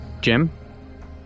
Jim